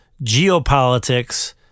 geopolitics